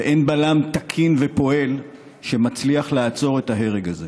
ואין בלם תקין ופועל שמצליח לעצור את ההרג הזה.